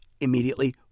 immediately